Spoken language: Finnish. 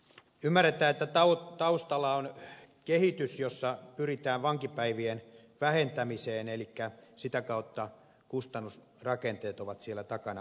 ymmärretään että taustalla on kehitys jossa pyritään vankipäivien vähentämiseen elikkä sitä kautta kustannusrakenteet ovat siellä takana vaikuttimina